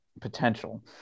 potential